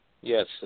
Yes